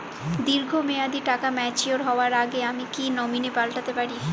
দীর্ঘ মেয়াদি টাকা ম্যাচিউর হবার আগে আমি কি নমিনি পাল্টা তে পারি?